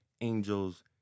angels